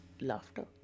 laughter